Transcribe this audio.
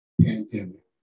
pandemic